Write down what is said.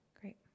Great